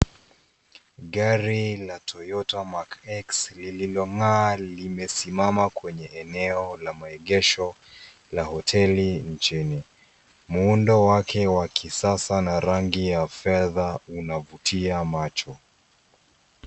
Gari la Toyota Mark X lililong'aa limesimama kwenye eneo la maegesho la hoteli nchini. Muundo wake wa kisasa na rangi ya fedha unavutia macho.